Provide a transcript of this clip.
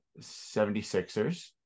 76ers